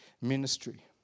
ministry